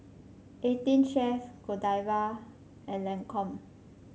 Eighteen Chef Godiva and Lancome